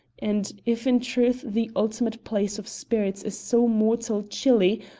and if in truth the ultimate place of spirits is so mortal chilly,